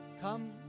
come